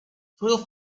fuel